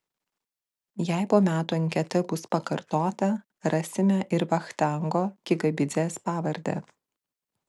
jei po metų anketa bus pakartota rasime ir vachtango kikabidzės pavardę